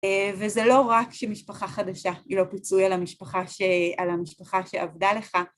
וזה לא רק שמשפחה חדשה היא לא פיצוי על המשפחה שאבדה לך.